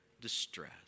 distress